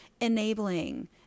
Enabling